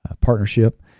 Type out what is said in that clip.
partnership